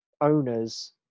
owners